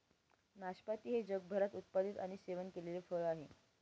नाशपाती हे जगभरात उत्पादित आणि सेवन केलेले फळ आहे